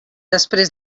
després